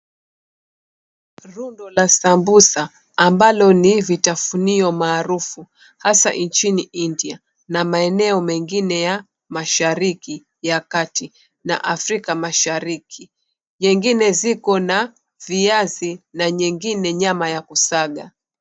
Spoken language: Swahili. Rundo la sambusa amabazo ni vitafunio maarufu hasa nchini India na maeneo mengine ya Mashariki ya Kati na Afrika Mashariki. Nyingine ziko na viazi nyingine nyama ya kusaga.